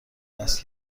دست